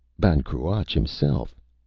ban cruach himself.